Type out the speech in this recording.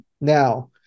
now